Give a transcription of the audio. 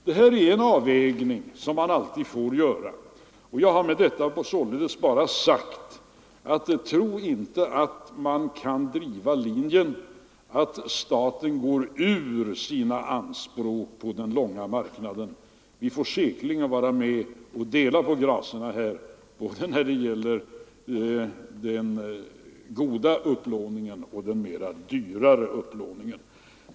Det här är en avvägning som man alltid får göra, och jag har med detta således bara sagt: Tro inte att man kan driva linjen att staten går ur sina anspråk på den långa marknaden! Vi får säkerligen vara med och dela på gracerna både när det gäller den goda upplåningen och när det gäller den dyrare upplåningen.